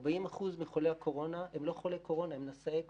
40% מחולי הקורונה הם לא חולי קורונה הם נשאי קורונה.